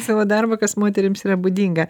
savo darbą kas moterims yra būdinga